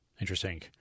Interesting